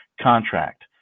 contract